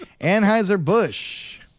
Anheuser-Busch